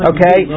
Okay